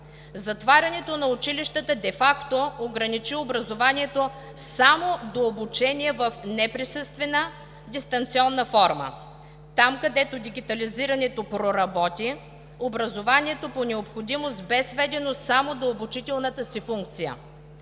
Затварянето на училищата де факто ограничи образованието само до обучение в неприсъствена дистанционна форма. Там, където дигитализирането проработи, образованието по необходимост бе сведено само до обучителната си функция.